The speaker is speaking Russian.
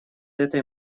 этой